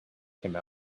came